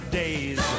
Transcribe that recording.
days